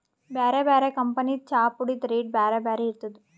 ಬ್ಯಾರೆ ಬ್ಯಾರೆ ಕಂಪನಿದ್ ಚಾಪುಡಿದ್ ರೇಟ್ ಬ್ಯಾರೆ ಬ್ಯಾರೆ ಇರ್ತದ್